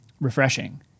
refreshing